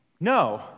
No